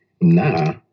Nah